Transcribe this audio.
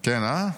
כן, הא?